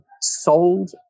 sold